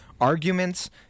arguments